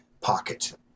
pocket